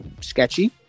sketchy